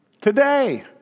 Today